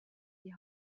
die